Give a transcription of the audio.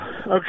okay